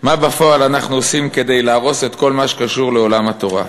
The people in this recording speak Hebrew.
מה בפועל אנחנו עושים כדי להרוס את כל מה שקשור לעולם התורה?